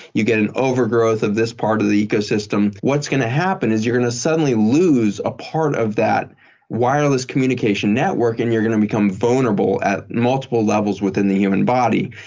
you get an overgrowth of this part of the ecosystem. what's going to happen is you're going to suddenly lose a part of that wireless communication network. and you're going to become vulnerable at multiple levels within the human body.